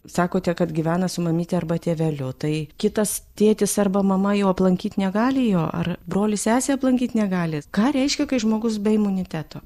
sakote kad gyvena su mamyte arba tėveliu tai kitas tėtis arba mama jau aplankyt negali jo ar brolis sesė aplankyt negali ką reiškia kai žmogus be imuniteto